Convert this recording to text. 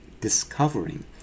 discovering